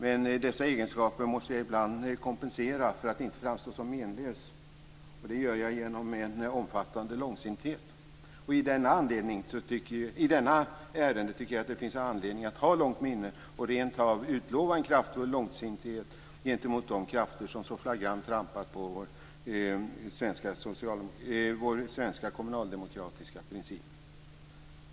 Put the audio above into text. Men dessa egenskaper måste jag ibland kompensera för att inte framstå som menlös. Det gör jag genom en omfattande långsinthet. I detta ärende tycker jag att det finns anledning att ha ett långt minne och rentav utlova en kraftfull långsinthet gentemot de krafter som så flagrant trampat på vår svenska kommunaldemokratiska princip.